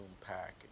Pack